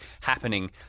happening